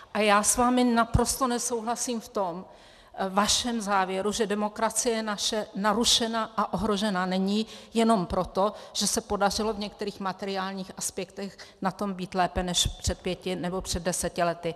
A já s vámi naprosto nesouhlasím v tom vašem závěru, že demokracie naše narušena a ohrožena není jenom proto, že se podařilo v některých materiálních aspektech na tom být lépe než před pěti nebo před deseti lety.